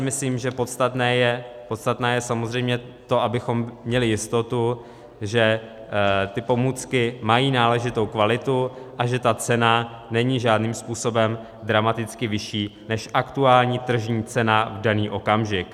Myslím si, že podstatné je samozřejmě to, abychom měli jistotu, že ty pomůcky mají náležitou kvalitu a že ta cena není žádným způsobem dramaticky vyšší než aktuální tržní cena v daný okamžik.